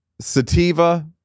sativa